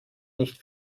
nicht